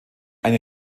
eine